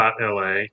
.la